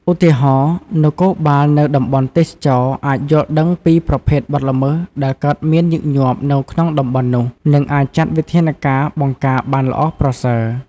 ឧទាហរណ៍ នគរបាលនៅតំបន់ទេសចរណ៍អាចយល់ដឹងពីប្រភេទបទល្មើសដែលកើតមានញឹកញាប់នៅក្នុងតំបន់នោះ និងអាចចាត់វិធានការបង្ការបានល្អប្រសើរ។